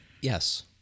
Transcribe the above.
Yes